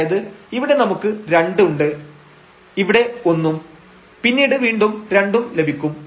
അതായത് ഇവിടെ നമുക്ക് 2 ഉണ്ട് ഇവിടെ 1 ഉം പിന്നീട് വീണ്ടും 2 ഉം ലഭിക്കും